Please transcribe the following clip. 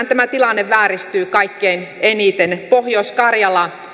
tämä tilanne vääristyy kaikkein eniten pohjois karjala